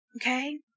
Okay